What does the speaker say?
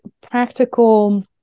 practical